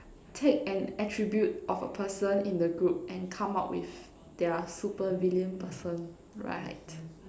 take an attribute of a person in the group and come up with their super villain person right